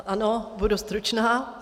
Ano, budu stručná.